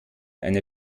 eine